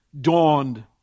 dawned